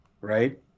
right